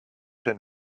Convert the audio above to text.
been